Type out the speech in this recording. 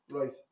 right